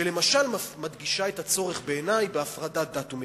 שלמשל מדגישה את הצורך, בעיני, בהפרדת דת ומדינה.